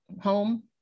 home